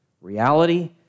reality